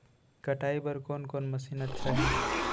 कटाई बर कोन कोन मशीन अच्छा हे?